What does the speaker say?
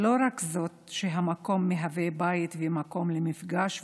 לא רק זאת שהמקום הוא בית ומקום למפגש ולמידה,